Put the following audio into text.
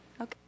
Okay